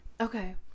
okay